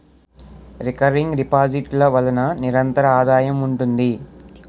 recurring deposit ల వలన నిరంతర ఆదాయం ఉంటుంది